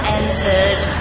entered